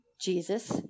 Jesus